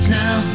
now